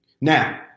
Now